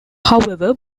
however